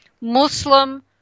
Muslim